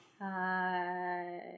Hi